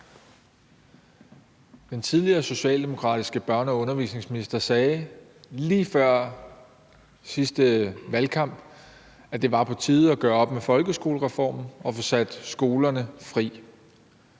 Den tidligere socialdemokratiske børne- og undervisningsminister sagde lige før sidste valgkamp, at det var på tide at gøre op med folkeskolereformen og få sat skolerne fri.